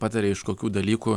pataria iš kokių dalykų